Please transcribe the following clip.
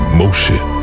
motion